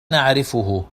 نعرفه